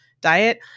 diet